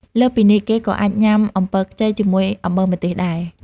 លើសពីនេះ គេក៏អាចញាំអំពិលខ្ចីជាមួយអំបិលម្ទេសដែរ។